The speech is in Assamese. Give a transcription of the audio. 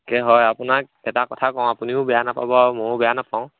তাকে হয় আপোনাক এটা কথা কওঁ আপুনিও বেয়া নাপাব আৰু ময়ো বেয়া নেপাওঁ